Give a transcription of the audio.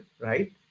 right